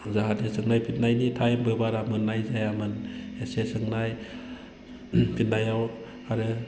जाहाथे सोंनाय फिननायनि टाइमबो बारा मोननाय जायामोन एसे सोंनाय फिननायाव आरो